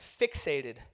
fixated